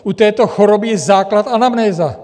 U této choroby je základ anamnéza.